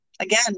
Again